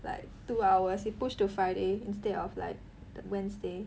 like two hours he pushed to friday instead of like wednesday